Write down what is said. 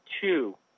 two